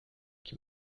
qui